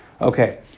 Okay